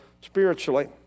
spiritually